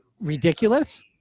ridiculous